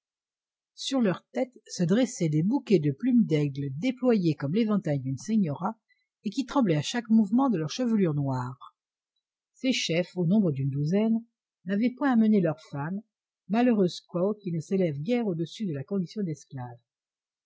sur leur tête se dressaient des bouquets de plumes d'aigle déployés comme l'éventail d'une seora et qui tremblaient à chaque mouvement de leur chevelure noire ces chefs au nombre d'une douzaine n'avaient point amené leurs femmes malheureuses squaws qui ne s'élèvent guère au-dessus de la condition d'esclaves